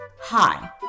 Hi